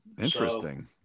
Interesting